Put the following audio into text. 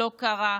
לא קרה,